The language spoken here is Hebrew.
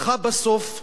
הלכה בסוף וחתמה,